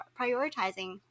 prioritizing